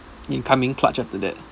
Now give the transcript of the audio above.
incoming clutch after that